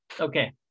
Okay